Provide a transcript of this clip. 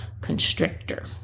constrictor